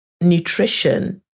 nutrition